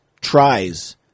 tries